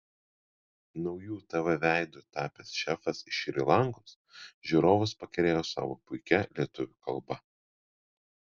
nauju tv veidu tapęs šefas iš šri lankos žiūrovus pakerėjo savo puikia lietuvių kalba